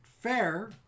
Fair